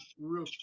Real